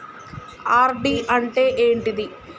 RD అంటే ఏంటిది?